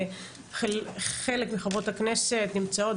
חלק מחברות הכנסת נמצאות,